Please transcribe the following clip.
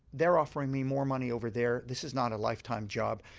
they're offering me more money over there, this is not a lifetime job,